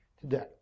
today